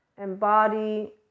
embody